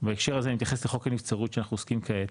בהקשר הזה אני מתייחס לחוק הנבצרות שאנחנו עוסקים כעת,